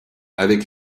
avec